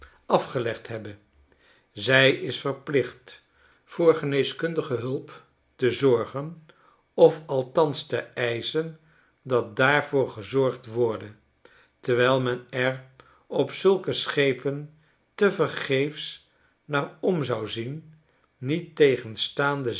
afgelegd hebbe zij is verplicht voor geneeskundige huip te zorgen of althans te eischen dat daarvoor gezorgd worde terwijl men er op zulke schepen tevergeefs naar om zou zien